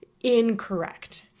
incorrect